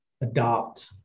Adopt